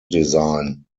design